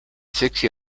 seksi